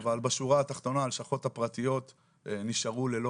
אבל בשורה התחתונה הלשכות הפרטיות נשארו ללא